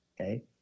Okay